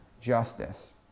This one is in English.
justice